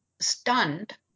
stunned